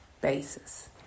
basis